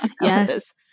Yes